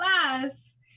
class